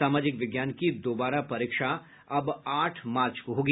सामाजिक विज्ञान की दोबारा परीक्षा अब आठ मार्च को होगी